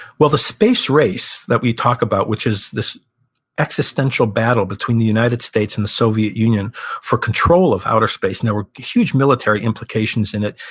well the space race that we talk about, which is this existential battle between the united states and the soviet union for control of outer space. and there were huge military implications in it,